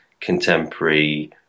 contemporary